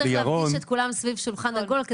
צריך להפגיש את כולם סביב שולחן עגול,